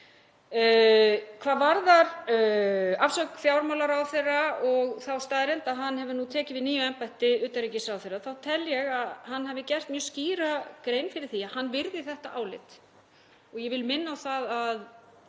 Hvað varðar afsögn fjármálaráðherra og þá staðreynd að hann hefur nú tekið við nýju embætti utanríkisráðherra þá tel ég að hann hafi gert mjög skýra grein fyrir því að hann virði þetta álit. Ég vil minna á það að